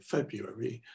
February